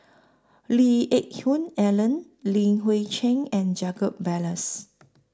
Lee Geck Hoon Ellen Li Hui Cheng and Jacob Ballas